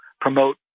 promote